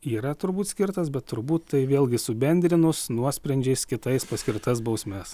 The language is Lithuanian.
yra turbūt skirtas bet turbūt tai vėlgi subendrinus nuosprendžiais kitais paskirtas bausmes